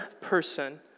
person